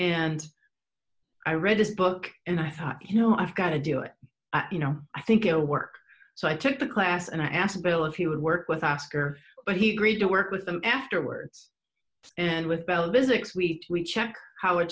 and i read this book and i thought you know i've got to do it you know i think your work so i took the class and i asked bill if he would work with asker but he agreed to work with them afterwards and with bell business week we check how a